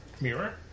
mirror